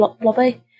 blobby